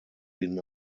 bin